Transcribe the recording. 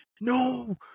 no